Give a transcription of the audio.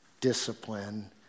discipline